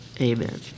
Amen